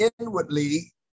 inwardly